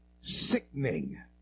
sickening